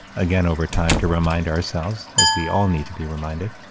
again over time, to remind ourselves, as we all need to be reminded,